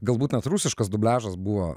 galbūt net rusiškas dubliažas buvo